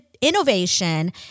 innovation